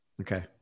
Okay